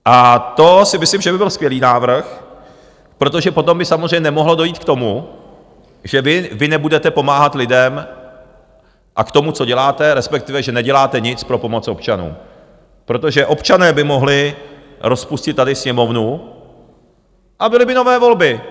A to si myslím, že by byl skvělý návrh, protože potom by samozřejmě nemohlo dojít k tomu, že vy nebudete pomáhat lidem, a k tomu, co děláte, respektive že neděláte nic pro pomoc občanům, protože občané by mohli rozpustit tady Sněmovnu a byly by nové volby.